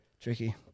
Tricky